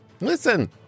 Listen